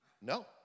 No